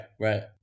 right